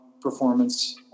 performance